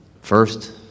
first